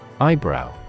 Eyebrow